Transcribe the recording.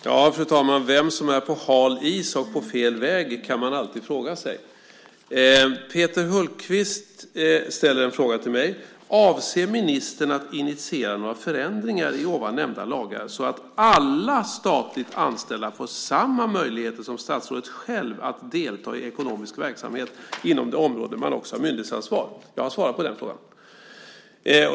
Fru talman! Vem som är på hal is och på fel väg kan man alltid fråga sig. Peter Hultqvist ställer en fråga till mig: Avser ministern att initiera några förändringar i ovan nämnda lagar så att alla statligt anställda får samma möjligheter som statsrådet själv att delta i ekonomisk verksamhet inom det område man också har myndighetsansvar? Jag har svarat på den frågan.